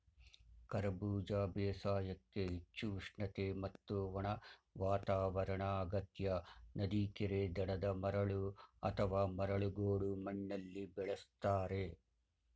ಕರಬೂಜ ಬೇಸಾಯಕ್ಕೆ ಹೆಚ್ಚು ಉಷ್ಣತೆ ಮತ್ತು ಒಣ ವಾತಾವರಣ ಅಗತ್ಯ ನದಿ ಕೆರೆ ದಡದ ಮರಳು ಅಥವಾ ಮರಳು ಗೋಡು ಮಣ್ಣಲ್ಲಿ ಬೆಳೆಸ್ತಾರೆ